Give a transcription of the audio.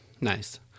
Nice